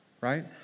Right